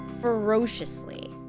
ferociously